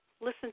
listen